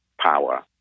power